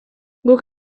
guk